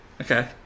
okay